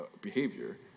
behavior